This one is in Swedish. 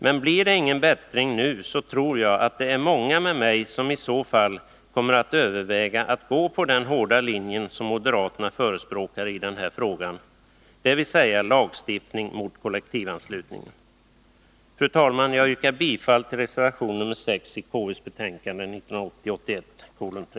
Men blir det ingen bättring nu, så tror jag att många med mig kommer att överväga att gå på den hårda linje som moderaterna förespråkar i den här frågan, dvs. lagstiftning mot kollektivanslutningen. Fru talman! Jag yrkar bifall till reservation nr 6 i konstitutionsutskottets betänkande 1980/81:3.